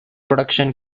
production